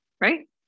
Right